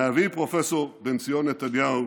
מאבי פרופ' בנציון נתניהו,